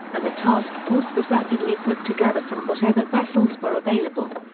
and the task force was rapidly put together from whatever vessels were available.